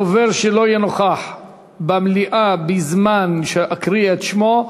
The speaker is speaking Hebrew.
דובר שלא יהיה נוכח במליאה בזמן שאקרא את שמו,